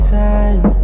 time